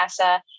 NASA